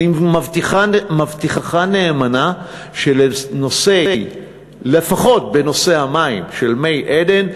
אני מבטיחך נאמנה שלפחות בנושא המים של "מי עדן"